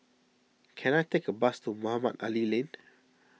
can I take a bus to Mohamed Ali Lane